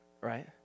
right